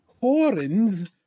Horns